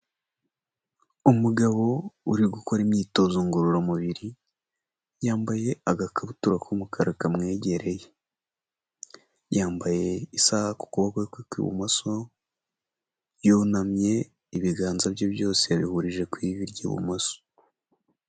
Umugabo uri gukora imyitozo ngororamubiri, yambaye agakabutura k'umukara kamwegereye, yambaye isaha ku kuboko kwe kw'ibumoso, yunamye ibiganza bye byose yabihurije ku ivi ry'ibumoso.